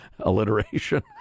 alliteration